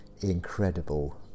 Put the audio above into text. incredible